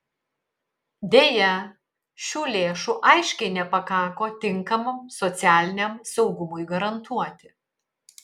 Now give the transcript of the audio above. deja šių lėšų aiškiai nepakako tinkamam socialiniam saugumui garantuoti